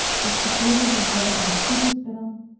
that cicades are bred out of cuckoo-spittle,